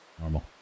Normal